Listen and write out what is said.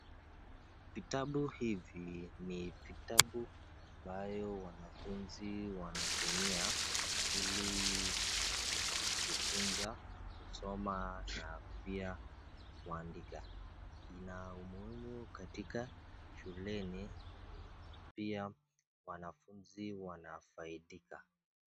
Vitabu hivi, ni vitabu ambayo wanafunzi wanatumia, ili kujifunza kusoma na, pia kuandika, ina umuhimu katika, shuleni, na pia wanafunzi wanafaidika.